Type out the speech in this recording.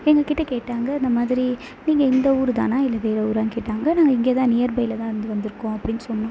எங்கள் கிட்டே கேட்டாங்க இந்த மாதிரி நீங்கள் இந்த ஊர் தானா இல்லை வேற ஊரான்னு கேட்டாங்க நாங்கள் இங்கே தான் நியர் பையில் தான் இருந்து வந்து இருக்கோம் அப்படின்னு சொன்னோம்